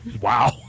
Wow